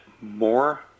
more